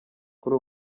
kuri